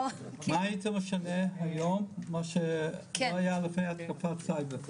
מה היית משנה היום, כמו שלא היה לפני התקפת סייבר?